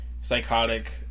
psychotic